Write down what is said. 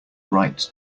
right